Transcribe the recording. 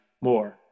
more